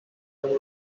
are